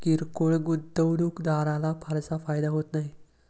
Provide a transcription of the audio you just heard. किरकोळ गुंतवणूकदाराला फारसा फायदा होत नाही